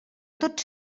tots